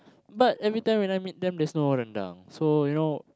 but every time when I meet them there's no rendang so you know